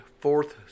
fourth